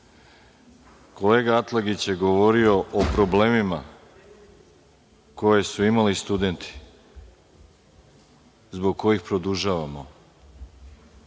vi. Kolega Atlagić je govorio o problemima koje su imali studenti, zbog kojih produžavamo